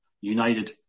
united